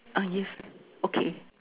uh yes okay